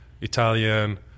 Italian